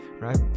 right